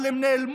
אבל הם נעלמו,